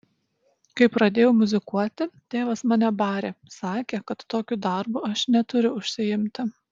kai pradėjau muzikuoti tėvas mane barė sakė kad tokiu darbu aš neturiu užsiimti